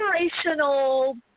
inspirational